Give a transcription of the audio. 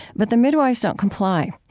but the midwives don't comply.